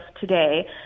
today